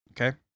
Okay